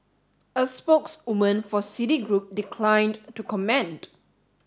a spokeswoman for Citigroup declined to comment